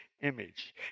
image